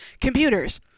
computers